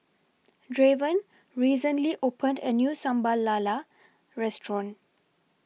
Draven recently opened A New Sambal Lala Restaurant